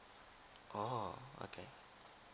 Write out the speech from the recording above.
orh okay